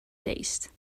taste